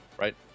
right